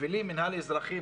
המינהל האזרחי,